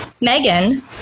Megan